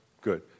good